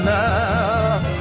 now